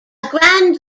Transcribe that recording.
grand